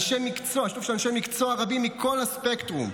ובשיתוף של אנשי מקצוע רבים מכל הספקטרום,